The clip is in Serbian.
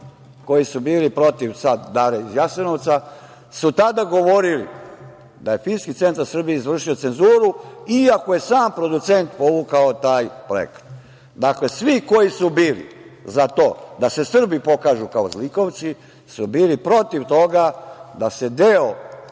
koji su bili protiv „Dare iz Jasenovca“ su tada govorili da je filmski centar Srbije izvršio cenzuru, iako je sam producent povukao taj projekat. Dakle, svi koji su bili za to da se Srbi pokažu kao zlikovci su bili protiv toga da se deo